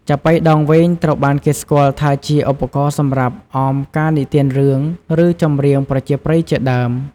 ចាប៉ីដងវែង ត្រូវបានគេស្គាល់ថាជាឧបករណ៍សម្រាប់អមការនិទានរឿង ឬចម្រៀងប្រជាប្រិយជាដើម។